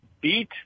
beat